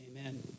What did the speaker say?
Amen